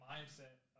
Mindset